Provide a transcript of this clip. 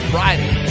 Friday